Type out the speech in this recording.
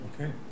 Okay